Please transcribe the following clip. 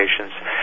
patients